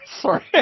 Sorry